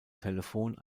telefon